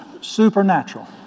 Supernatural